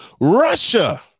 Russia